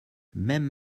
même